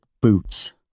boots